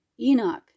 Enoch